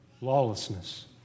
lawlessness